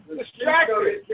distracted